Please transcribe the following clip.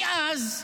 מאז,